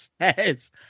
says